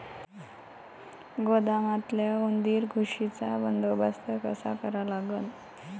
गोदामातल्या उंदीर, घुशीचा बंदोबस्त कसा करा लागन?